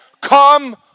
come